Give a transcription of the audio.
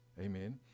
Amen